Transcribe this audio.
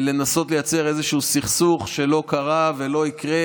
לנסות לייצר איזה סכסוך שלא קרה ולא יקרה,